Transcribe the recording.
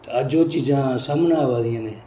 ते अज्ज ओह् चीजां सामने आवै दियां न